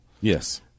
Yes